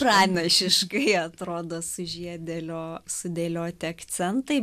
pranašiškai atrodo sužiedėlio sudėlioti akcentai